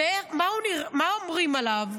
במה אומרים עליו,